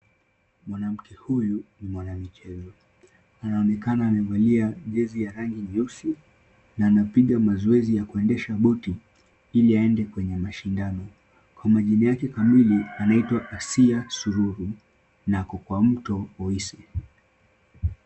Mwanamke huyu ni mwanamichezo. Anaonekana amevalia jezi ya rangi nyeusi na anapiga mazoezi ya kuendesha boti ili aende kwenye mashindano. Kwa majina yake kamili anaitwa Asiya Sururu. Na kwa mto Oise.